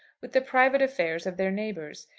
with the private affairs of their neighbours.